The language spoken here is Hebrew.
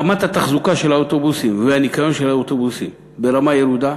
רמת התחזוקה של האוטובוסים והניקיון של האוטובוסים ברמה ירודה.